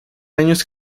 años